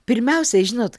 pirmiausia žinot